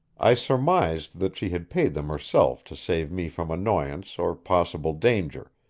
i surmised that she had paid them herself to save me from annoyance or possible danger,